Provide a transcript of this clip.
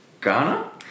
Ghana